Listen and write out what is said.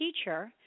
teacher